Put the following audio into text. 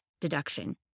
deduction